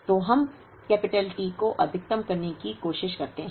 तो हम T को अधिकतम करने की कोशिश करते हैं